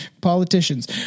politicians